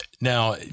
Now